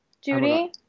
Judy